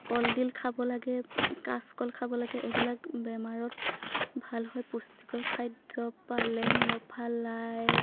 কলডিল খাব লাগে কাচকল খাব লাগে এইবিলাক বেমাৰত ভাল হয় পুষ্টিকৰ খাদ্য় পালেং লফা লাই